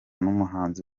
n’umuhanzi